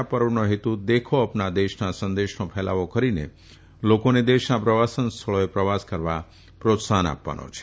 આ પર્વનો હેતુ દેખો અપના દેશના સંદેશનો કેલાવો કરીને લોકોને દેશના પ્રવાસન સ્થળોએ પ્રવાસ કરવા માટે પ્રોત્સાહન આપવાનો છે